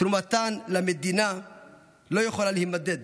תרומתן למדינה לא יכולה להימדד.